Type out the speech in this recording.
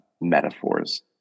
metaphors